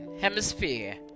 hemisphere